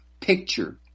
picture